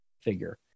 figure